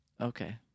Okay